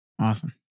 Awesome